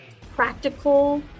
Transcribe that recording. practical